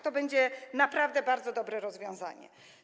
To będzie naprawdę bardzo dobre rozwiązanie.